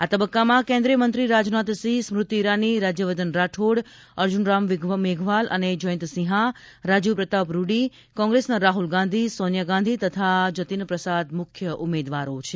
આ તબક્કામાં કેન્દ્રીય મંત્રી રાજનાથસિંહ સ્મૃતિ ઈરાની રાજ્યવર્ધન રાઠોડ અર્જુન રામ મેઘવાલ અને જયંત સિંહા રાજીવ પ્રતાપ રૂડી કોંગ્રેસના રાહુલ ગાંધી સોનીયા ગાંધી તથા જતીન પ્રસાદ મુખ્ય ઉમેદવારો છે